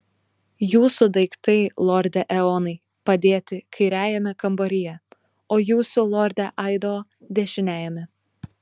jūsų daiktai lorde eonai padėti kairiajame kambaryje o jūsų lorde aido dešiniajame